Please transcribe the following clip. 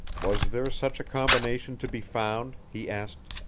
was there such a combination to be found, he asked,